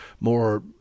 more